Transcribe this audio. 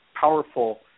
powerful